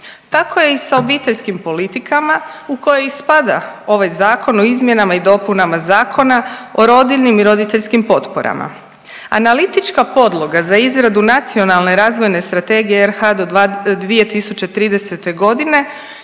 Tako je i sa obiteljskim politikama u koji i spada ovaj Zakon o izmjenama i dopunama Zakona o rodiljnim i roditeljskim potporama. Analitička podloga za izradu Nacionalne razvojne strategije RH do 2030.g. je